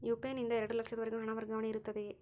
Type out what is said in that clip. UPI ನಿಂದ ಎರಡು ಲಕ್ಷದವರೆಗೂ ಹಣ ವರ್ಗಾವಣೆ ಇರುತ್ತದೆಯೇ?